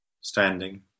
standing